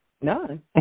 None